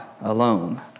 alone